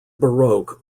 baroque